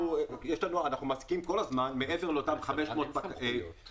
אנחנו מעסיקים כל הזמן מעבר לאותם 500 פקחים